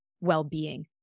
well-being